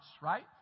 right